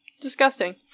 disgusting